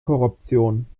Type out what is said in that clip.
korruption